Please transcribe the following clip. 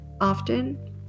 Often